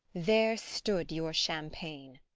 there stood your champagne,